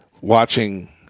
watching